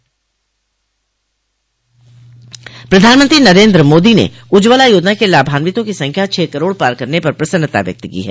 प्रधानमंत्री नरेन्द्र मोदी ने उज्ज्वला योजना के लाभान्वितों की संख्या छह करोड़ पार करने पर प्रसन्नता व्यक्त की है